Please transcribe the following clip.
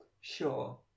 Sure